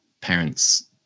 parents